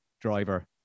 driver